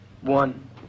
One